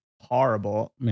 horrible